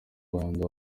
rwanda